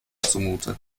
zumute